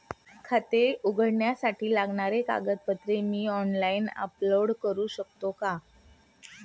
खाते उघडण्यासाठी लागणारी कागदपत्रे मी ऑनलाइन अपलोड करू शकतो का?